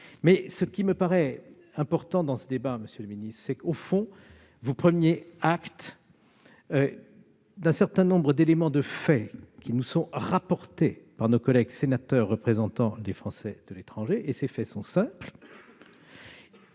Ce qui me paraît important dans ce débat, monsieur le ministre, c'est que vous preniez acte d'un certain nombre de faits qui nous sont rapportés par nos collègues sénateurs représentants des Français de l'étranger. Ces faits sont simples